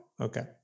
okay